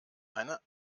eine